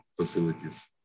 facilities